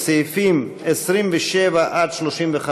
סעיפים 27 עד 35,